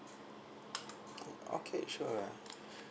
okay sure